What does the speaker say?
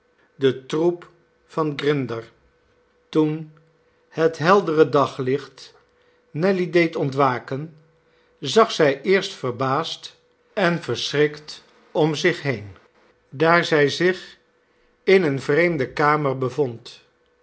de tkoep van grinder toen het heldere daglicht nelly deed ontwaken zag zij eerst verbaasd en verschrikt om in gezelsghap van de heeren goblin en short zich been daar zij zich in eene vreemde kamer bevond